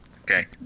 Okay